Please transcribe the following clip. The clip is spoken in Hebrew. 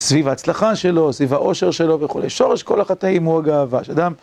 סביב ההצלחה שלו, סביב העושר שלו וכולי, שורש כל החטאים הוא הגאווה, שאדם...